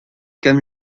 comme